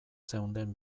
zeunden